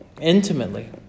Intimately